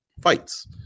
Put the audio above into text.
fights